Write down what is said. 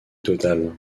total